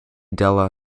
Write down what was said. della